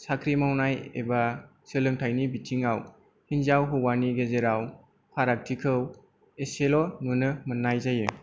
साख्रि मावनाय एबा सोलोंथाइनि बिथिङाव हिनजाव हौवानि गेजेराव फारागथिखौ एसेल' नुनो मोननाय जायो